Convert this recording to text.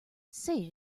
say